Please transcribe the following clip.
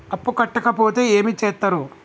అప్పు కట్టకపోతే ఏమి చేత్తరు?